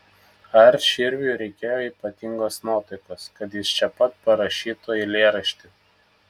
ar širviui reikėjo ypatingos nuotaikos kad jis čia pat parašytų eilėraštį